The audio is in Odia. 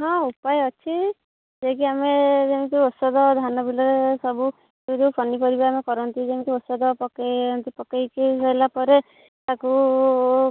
ହଁ ଉପାୟ ଅଛି ଯେକି ଆମେ ଯେମିତି ଔଷଧ ଧାନବିଲରେ ସବୁ ପନିପରିବା ଆମେ କରନ୍ତି ଯେମିତି ଔଷଧ ପକେଇକି ସାରିଲା ପରେ ତାକୁ